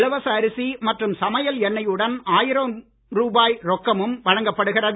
இலவச அரிசி மற்றும் சமையல் எண்ணெயுடன் ஆயிரம் ரூபாய் ரொக்கமும் வழங்கப்படுகிறது